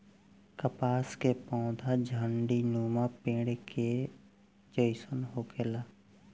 कपास के पौधा झण्डीनुमा पेड़ के जइसन होखेला